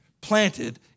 Planted